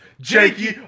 Jakey